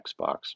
Xbox